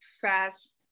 fast